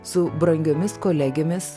su brangiomis kolegėmis